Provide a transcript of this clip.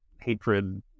hatred